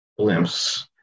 blimps